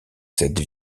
cette